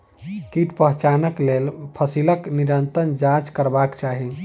कीट पहचानक लेल फसीलक निरंतर जांच करबाक चाही